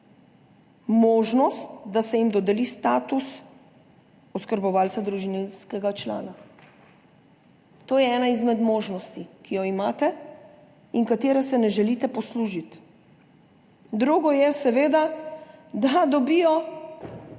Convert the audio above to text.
možnost, da se jim dodeli status oskrbovalca družinskega člana. To je ena izmed možnosti, ki jo imate in ki se je ne želite poslužiti. Drugo je seveda, da dobijo